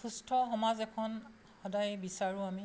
সুস্থ সমাজ এখন সদায় বিচাৰোঁ আমি